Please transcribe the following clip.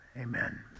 Amen